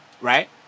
Right